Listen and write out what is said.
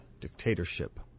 dictatorship